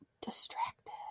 distracted